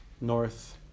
north